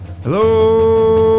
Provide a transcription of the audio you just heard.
Hello